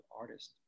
artist